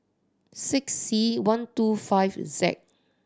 six C one two five Z